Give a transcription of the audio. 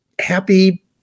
happy